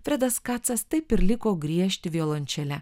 fredas kacas taip ir liko griežti violončele